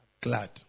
glad